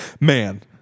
man